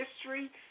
history